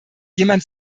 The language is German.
jemand